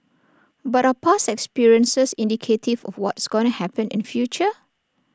but are past experiences indicative of what's gonna happen in future